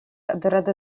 adorado